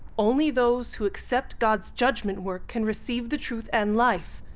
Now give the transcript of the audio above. only those who accept god's judgment work can receive the truth and life.